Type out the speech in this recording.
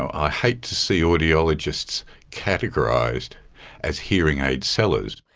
i hate to see audiologists categorised as hearing aid sellers.